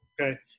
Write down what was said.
Okay